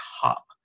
top